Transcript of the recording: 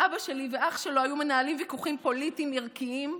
אבא שלי ואח שלו היו מנהלים ויכוחים פוליטיים ערכיים,